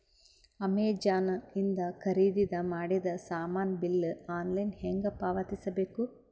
Amazon ಇಂದ ಖರೀದಿದ ಮಾಡಿದ ಸಾಮಾನ ಬಿಲ್ ಆನ್ಲೈನ್ ಹೆಂಗ್ ಪಾವತಿಸ ಬೇಕು?